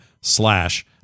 slash